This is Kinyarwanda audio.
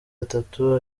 atatu